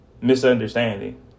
misunderstanding